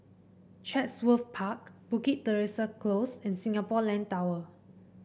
Chatsworth Park Bukit Teresa Close and Singapore Land Tower